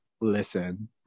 listen